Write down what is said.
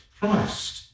Christ